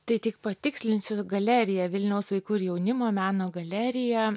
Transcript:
tai tik patikslinsiu galeriją vilniaus vaikų ir jaunimo meno galerija